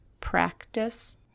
practice